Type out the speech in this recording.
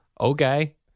Okay